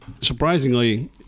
surprisingly